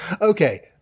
Okay